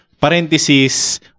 Parenthesis